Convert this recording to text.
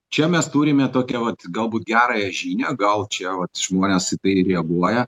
čia mes turime tokią vat galbūt gerąją žinią gal čia vat žmonės į tai reaguoja